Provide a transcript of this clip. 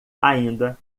ainda